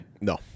No